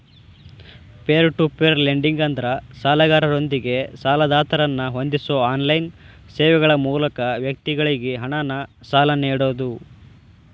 peer to peer lending ಅಂದ್ರ ಸಾಲಗಾರರೊಂದಿಗೆ ಸಾಲದಾತರನ್ನ ಹೊಂದಿಸೋ ಆನ್ಲೈನ್ ಸೇವೆಗಳ ಮೂಲಕ ವ್ಯಕ್ತಿಗಳಿಗಿ ಹಣನ ಸಾಲ ನೇಡೋದು